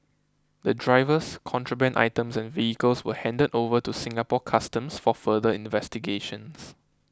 the drivers contraband items and vehicles were handed over to Singapore Customs for further investigations